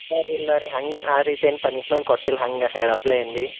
ಇಲ್ಲ ರೀ ಹಂಗೆ ಆ ರೀತಿ ಏನು ಪನಿಶ್ಮೆಂಟ್ ಕೊಟ್ಟಿಲ್ಲ ಹಂಗೆ ಹೇಳಪ್ಲೆ ಏನು ಭಿ